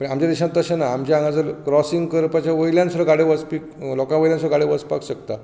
पूण आमच्या देशांत तशें ना आमचे हांगा जर क्रॉसींग करपाचे वयल्यान सुद्दां गाडी वचपी लोकां वयल्यान सुद्दां गाडी वचपाक शकता